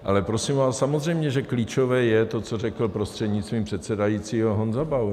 Ale prosím vás, samozřejmě že klíčové je to, co řekl, prostřednictvím předsedajícího, Honza Bauer.